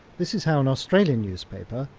this is how an australian newspaper,